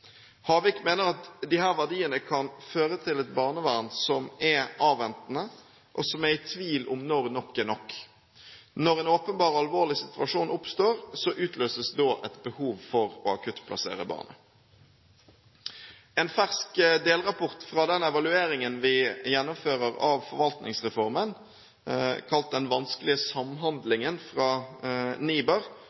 Havik mener at disse verdiene kan føre til et barnevern som er avventende, og som er i tvil om når nok er nok. Når en åpenbar og alvorlig situasjon oppstår, utløses et behov for å akuttplassere barnet. En fersk delrapport fra evalueringen vi gjennomfører av forvaltningsreformen, kalt Den vanskelige samhandlingen, fra